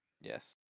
Yes